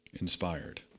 inspired